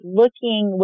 looking